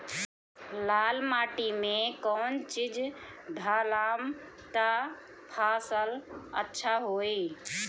लाल माटी मे कौन चिज ढालाम त फासल अच्छा होई?